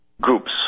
groups